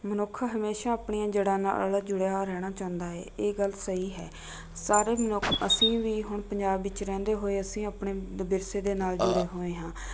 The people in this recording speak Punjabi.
ਮਨੁੱਖ ਹਮੇਸ਼ਾਂ ਆਪਣੀਆਂ ਜੜ੍ਹਾਂ ਨਾਲ ਜੁੜਿਆ ਰਹਿਣਾ ਚਾਹੁੰਦਾ ਹੈ ਇਹ ਗੱਲ ਸਹੀ ਹੈ ਸਾਰੇ ਮਨੁੱਖ ਅਸੀਂ ਵੀ ਹੁਣ ਪੰਜਾਬ ਵਿੱਚ ਰਹਿੰਦੇ ਹੋਏ ਅਸੀਂ ਆਪਣੇ ਵਿਰਸੇ ਦੇ ਨਾਲ ਜੁੜੇ ਹੋਏ ਹਾਂ